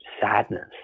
sadness